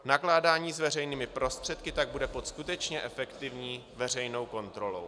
Nakládání s veřejnými prostředky tak bude pod skutečně efektivní veřejnou kontrolou.